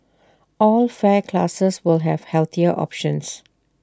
all fare classes will have healthier options